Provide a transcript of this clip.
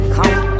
Come